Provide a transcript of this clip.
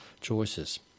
choices